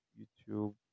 YouTube